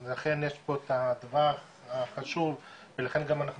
זה אכן יש פה את הדבר החשוב ולכן גם אנחנו